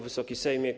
Wysoki Sejmie!